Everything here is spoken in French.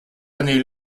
année